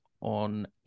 on